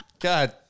God